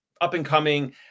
up-and-coming